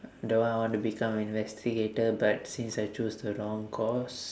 the one I want to become investigator but since I choose the wrong course